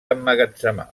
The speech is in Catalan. emmagatzemar